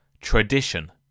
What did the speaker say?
Tradition